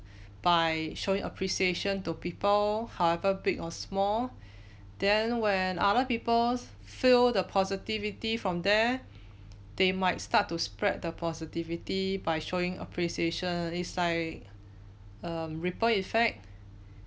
by showing appreciation to people however big or small then when other people feel the positivity from there they might start to spread the positivity by showing appreciation it's like a ripple effect